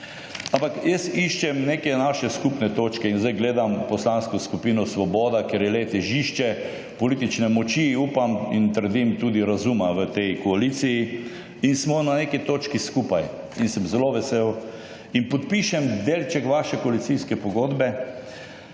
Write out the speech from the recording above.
Ampak jaz iščem neke naše skupne točke. In sedaj gledam Poslansko skupino Svoboda, ker je le težišče politične moči, upam in trdim tudi razuma v tej koaliciji. In smo na neki točki skupaj. In sem zelo vesel in podpišem delček vaše koalicijske pogodbe,